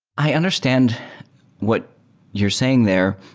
i understand what you're saying there.